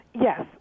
Yes